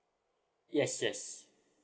yes yes